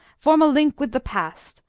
form a link with the past,